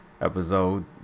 episode